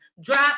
Drop